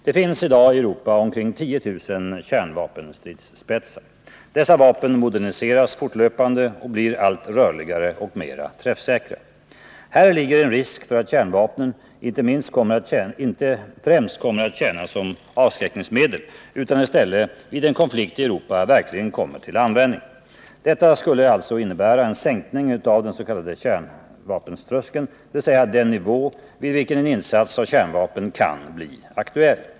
Det finns i dag i Europa omkring 10 000 kärnvapenstridsspetsar. — Fredagen den Dessa vapen moderniseras fortlöpande och blir allt rörligare och mera 7 december 1979 träffsäkra. Äran kossor Häri ligger en risk för att kärnvapen inte främst kommer att tjäna som — Om regeringens avskräckningsmedel utan i stället vid en konflikt i Europa verkligen kommer till användning. Detta skulle alltså innebära en sänkning av kärnvapentröskeln, dvs. den nivå vid vilken en insats av kärnvapen kan bli aktuell.